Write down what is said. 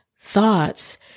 thoughts